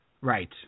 Right